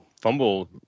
fumble